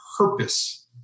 Purpose